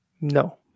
No